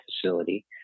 facility